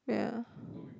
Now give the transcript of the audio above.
ya